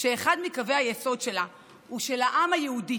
שאחד מקווי היסוד שלה הוא שלעם היהודי